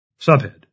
Subhead